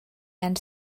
and